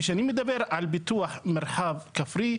וכשאני מדבר על פיתוח מרחב כפרי,